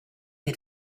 had